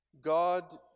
God